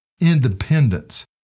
independence